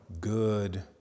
good